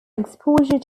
exposure